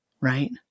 right